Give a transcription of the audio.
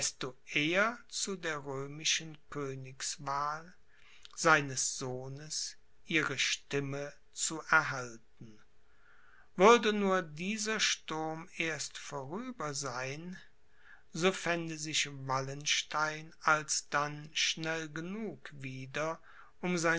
zu der römischen königswahl seines sohnes ihre stimme zu erhalten würde nur dieser sturm erst vorüber sein so fände sich wallenstein alsdann schnell genug wieder um